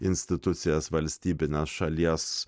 institucijas valstybines šalies